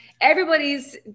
Everybody's